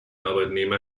arbeitnehmer